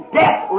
death